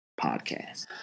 Podcast